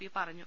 P പറഞ്ഞു